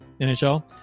NHL